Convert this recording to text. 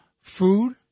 food